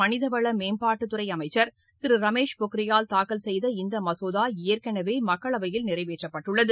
மளிதவள மேம்பாட்டுத்துறை அமைச்ச் திரு ரமேஷ் பொக்ரியால் தாக்கல் செய்த இந்த மசோதா ஏற்கனவே மக்களவையில் நிறைவேற்றப்பட்ள்ளது